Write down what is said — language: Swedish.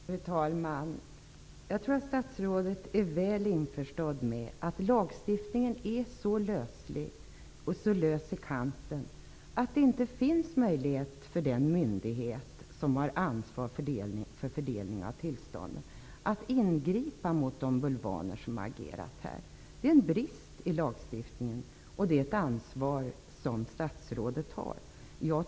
Fru talman! Jag tror att statsrådet är väl införstådd med att lagstiftningen är så lös i kanten att det inte finns möjlighet för den myndighet som har ansvar för fördelningen av tillstånden att ingripa mot de bulvaner som har agerat. Det är en brist i lagstiftningen, och det är ett ansvar som statsrådet har.